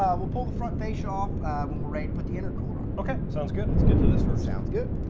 um we'll pull the front fascia off um ready to put the intercooler on. ok, sounds good. lets get to this first. sounds good.